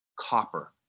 Copper